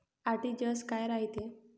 RTGS काय रायते?